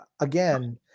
Again